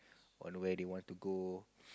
on where they want to go